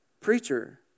preacher